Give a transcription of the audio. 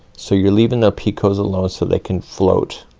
so you're leaving the picots alone so they can float.